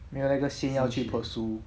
没有那个心要去 pursue